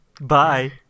Bye